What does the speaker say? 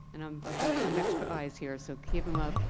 and um i've got some extra eyes here, so keep them up.